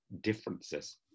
differences